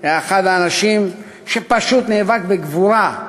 היה אחד האנשים שפשוט נאבק בגבורה.